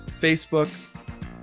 Facebook